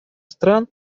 стран